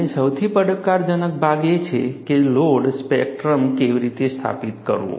અને સૌથી પડકારજનક ભાગ એ છે કે લોડ સ્પેક્ટ્રમ કેવી રીતે સ્થાપિત કરવું